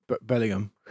Bellingham